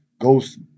Ghost